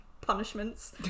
punishments